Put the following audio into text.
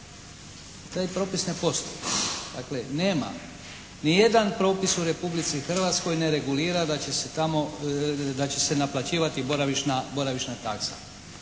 Taj propis ne postoji. Dakle nema ni jedan propis u Republici Hrvatskoj ne regulira da će se tamo, da će se naplaćivati boravišna taksa.